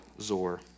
Zor